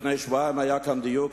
לפני שבועיים היה פה דיון,